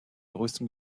größten